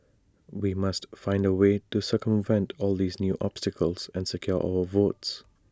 we must find A way to circumvent all these new obstacles and secure our votes